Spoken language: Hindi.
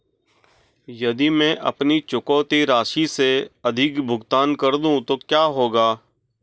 यदि मैं अपनी चुकौती राशि से अधिक भुगतान कर दूं तो क्या होगा?